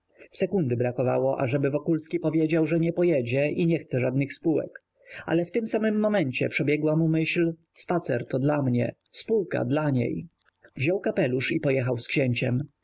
sekundy brakowało ażeby wokulski powiedział że nie pojedzie i nie chce żadnych spółek ale w tym samym momencie przebiegła mu myśl spacer to dla mnie spółka dla niej wziął kapelusz i pojechał z księciem